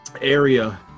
area